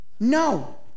No